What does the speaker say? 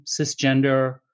cisgender